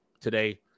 today